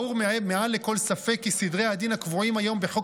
ברור מעל לכל ספק כי סדרי הדין הקבועים היום בחוק